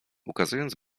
ukazując